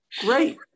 great